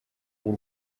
bw’u